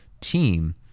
team